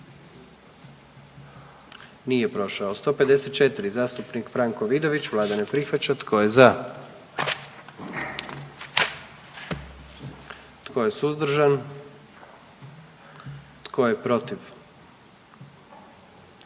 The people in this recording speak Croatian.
44. Kluba zastupnika SDP-a, vlada ne prihvaća. Tko je za? Tko je suzdržan? Tko je protiv?